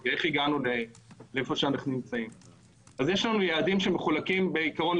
יש לנו יעדים שמחולקים לכל